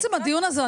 עצם הדיון הזה,